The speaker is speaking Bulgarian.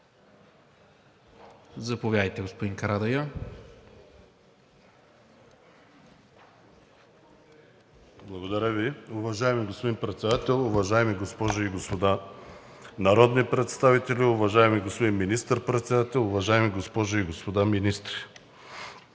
МУСТАФА КАРАДАЙЪ (ДПС): Благодаря Ви. Уважаеми господин Председател, уважаеми госпожи и господа народни представители, уважаеми господин Министър председател, уважаеми госпожи и господа министри!